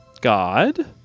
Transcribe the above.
God